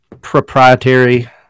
proprietary